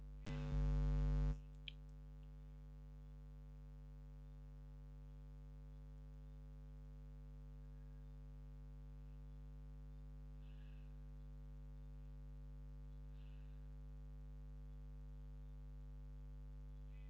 ranching ವಿಧಾನವು America, Australia, New Zealand England ದೇಶಗಳಲ್ಲಿ ಇದು ಆರ್ಥಿಕ ಶಕ್ತಿಯಾಗಿದೆ